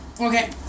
Okay